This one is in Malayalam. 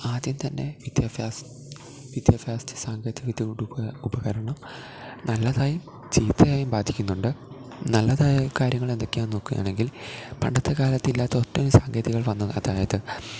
ആദ്യം തന്നെ വിദ്യാഭ്യാസം വിദ്യാഭ്യാസത്തെ സാങ്കേതിക വിദ്യയുടെ ഉപകരണം നല്ലതായും ചീത്തയായും ബാധിക്കുന്നുണ്ട് നല്ലതായ കാര്യങ്ങളെന്തൊക്കെയാ നോക്കുകയാണെങ്കിൽ പണ്ടത്തെ കാലത്തില്ലാത്ത ഒട്ടനവധി സാങ്കേതികൾ വന്നു അതായത്